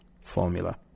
formula